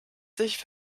sich